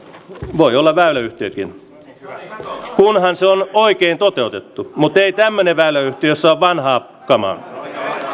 voi olla väyläyhtiökin kunhan se on oikein toteutettu mutta ei tämmöinen väyläyhtiö jossa on vanhaa kamaa